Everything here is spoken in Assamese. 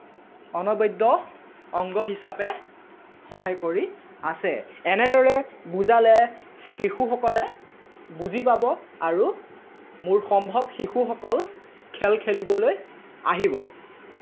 অনবদ্য অংগ হিচাপে সহায় কৰি আছে এনেদৰে বুজালে শিশুসকলে বুজি পাব আৰু মোৰ সম্ভৱ শিশুসকল খেল খেলিবলৈ আহিব